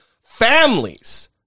families